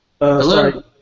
Hello